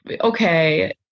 okay